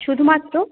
শুধুমাত্র